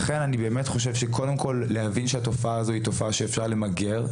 לכן אני חושב שיש קודם להבין שהתופעה הזאת היא תופעה שאפשר למגר.